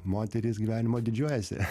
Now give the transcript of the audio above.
moterys gyvenimo didžiuojasi